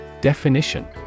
Definition